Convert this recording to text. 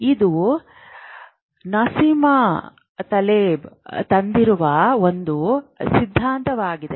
ಇದು Nassim Taleb ತಂದಿರುವ ಒಂದು ಸಿದ್ಧಾಂತವಾಗಿದೆ